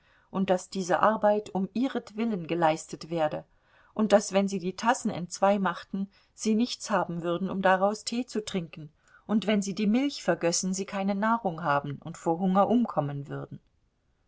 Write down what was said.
und daß diese arbeit um ihretwillen geleistet werde und daß wenn sie die tassen entzwei machten sie nichts haben würden um daraus tee zu trinken und wenn sie die milch vergössen sie keine nahrung haben und vor hunger umkommen würden